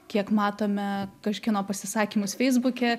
kiek matome kažkieno pasisakymus feisbuke